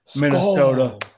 Minnesota